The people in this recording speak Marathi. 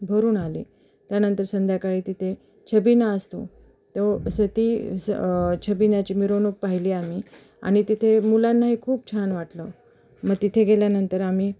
भरून आले त्यानंतर संध्याकाळी तिथे छबिना असतो तो असं ती स छबिन्याची मिरवणूक पाहिली आम्ही आणि तिथे मुलांनाही खूप छान वाटलं मग तिथे गेल्यानंतर आम्ही